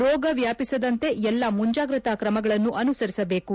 ರೋಗ ವ್ಲಾಪಿಸದಂತೆ ಎಲ್ಲ ಮುಂಜಾಗ್ರತಾ ಕ್ರಮಗಳನ್ನು ಅನುಸರಿಸಬೇಕು